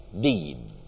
deed